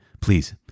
Please